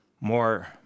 more